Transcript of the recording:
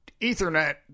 Ethernet